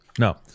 No